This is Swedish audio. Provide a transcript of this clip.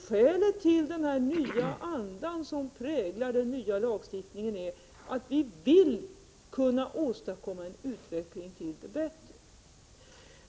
Skälet till den nya anda som präglar den nya lagstiftningen är att vi vill kunna åstadkomma en utveckling till det bättre.